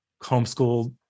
homeschooled